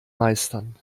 meistern